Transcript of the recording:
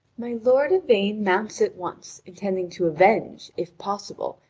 my lord yvain mounts at once, intending to avenge, if possible,